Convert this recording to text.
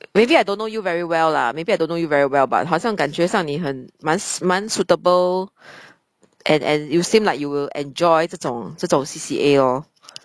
maybe I don't know you very well lah maybe I don't know you very well but 好像感觉上你很蛮蛮 suitable and and you seem like you will enjoy 这种这种 C_C_A oh